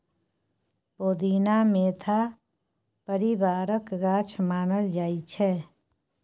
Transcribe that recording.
पोदीना मेंथा परिबारक गाछ मानल जाइ छै